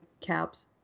caps